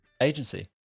agency